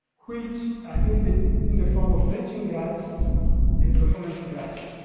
which in the in the form of matching grants and performance grants.